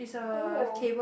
oh